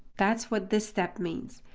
that's what this step means.